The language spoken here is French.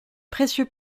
précieux